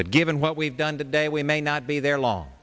but given what we've done today we may not be there long